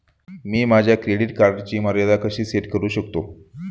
मी माझ्या क्रेडिट कार्डची मर्यादा कशी सेट करू शकतो?